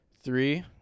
Three